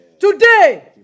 Today